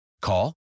Call